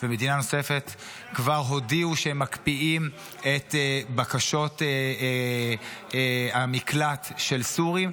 ומדינה נוספת כבר הודיעו שהם מקפיאים את בקשות המקלט של סורים,